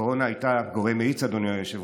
הקורונה הייתה גורם מאיץ, אדוני היושב-ראש,